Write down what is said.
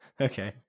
Okay